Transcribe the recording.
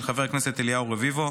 של חבר הכנסת אליהו רביבו.